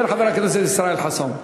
כן, חבר הכנסת ישראל חסון?